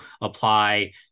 apply